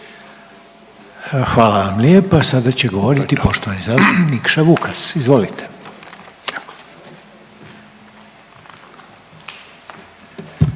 Hvala vam lijepa. Sada će govoriti poštovani zastupnik Nikša Vukas. Izvolite.